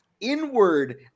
inward